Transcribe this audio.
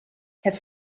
het